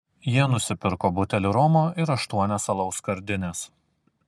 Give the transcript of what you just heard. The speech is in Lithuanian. jie nusipirko butelį romo ir aštuonias alaus skardines